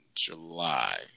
July